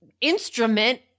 instrument